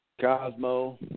Cosmo